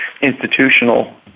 institutional